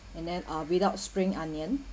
and then uh without spring onion